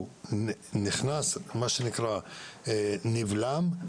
הוא נכנס, נבלם,